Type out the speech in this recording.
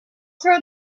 throw